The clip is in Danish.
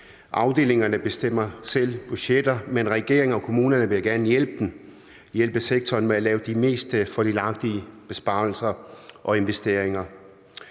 Afdelingerne bestemmer selv budgetterne, men regeringen og kommunerne vil gerne hjælpe sektoren med at skabe de mest fordelagtige besparelser og investeringer.